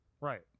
Right